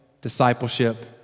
discipleship